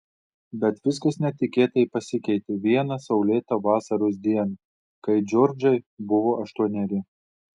bet viskas netikėtai pasikeitė vieną saulėtą vasaros dieną kai džordžai buvo aštuoneri